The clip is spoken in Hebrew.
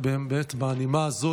באמת בנימה הזו,